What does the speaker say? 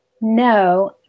No